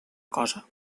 cosa